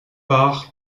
par